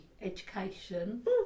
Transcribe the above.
education